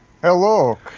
Hello